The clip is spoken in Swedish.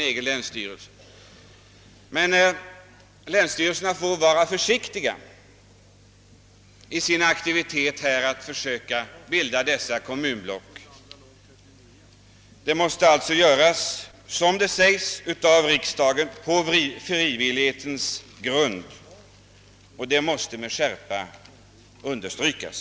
Men länsstyrelserna måste vara försiktiga när de försöker bilda dessa kommunblock. Detta måste göras — som riksdagen uttalat — på frivillighetens grund, vilket med skärpa måste understrykas.